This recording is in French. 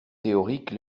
théorique